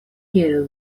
kiel